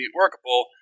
workable